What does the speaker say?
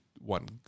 one